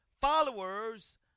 followers